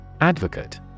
Advocate